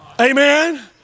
Amen